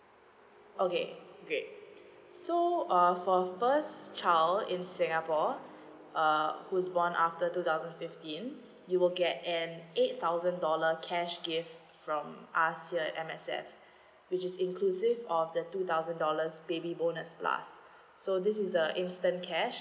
okay great so uh for first child in singapore uh who's born after tow thousand fifteen you will get an eight thousand dollar cash gift from us here M_S_F which is inclusive of the two thousand dollars baby bonus plus so this is a instant cash